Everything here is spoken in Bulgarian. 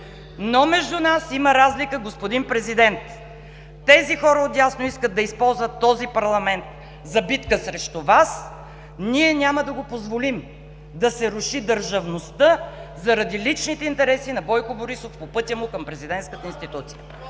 Но между нас има разлика, господин Президент. Тези хора от дясно искат да използват този парламент за битка срещу Вас. Ние няма да го позволим да се руши държавността заради личните интереси на Бойко Борисов по пътя му към президентската институция.